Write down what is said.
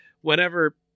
whenever